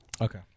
Okay